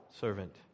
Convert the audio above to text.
servant